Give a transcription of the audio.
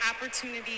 opportunity